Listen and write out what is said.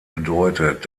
bedeutet